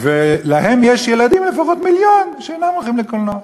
להם יש לפחות מיליון ילדים שאינם הולכים לקולנוע.